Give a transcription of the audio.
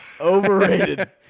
overrated